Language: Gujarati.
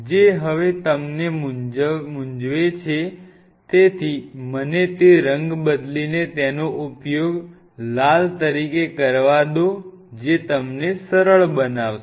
જે હવે તમને મૂંઝવે છે તેથી મને તે રંગ બદલીને તેનો ઉપયોગ લાલ તરીકે કરવા દો જે તમ ને સરળ બનાવશે